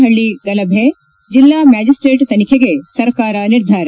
ಹಳ್ಳಿ ಗಲಭೆ ಜಿಲ್ಲಾ ಮ್ಯಾಜಿಸ್ವೇಟ್ ತನಿಖೆಗೆ ಸರ್ಕಾರ ನಿರ್ಧಾರ